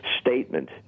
statement